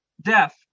death